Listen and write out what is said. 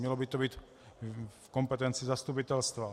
Mělo by to být v kompetenci zastupitelstva.